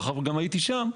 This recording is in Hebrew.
מאחר שהייתי גם שם.